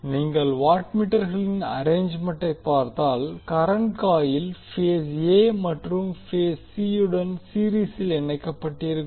நீங்கள் வாட் மீட்டர்களின் அரேஞ்சுமெண்டை பார்த்தால் கரண்ட் காயில் பேஸ் a மற்றும் பேஸ் c யுடன் சீரிஸில் இணைக்கப்பட்டிருக்கும்